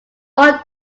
all